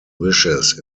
wishes